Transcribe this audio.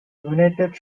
united